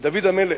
ודוד המלך,